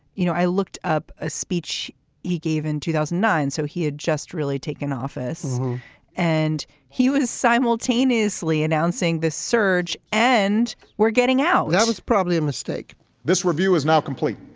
you know, i looked up a speech he gave in two thousand and nine, so he had just really taken office and he was simultaneously announcing the surge and we're getting out. that was probably a mistake this review is now complete.